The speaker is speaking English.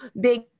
big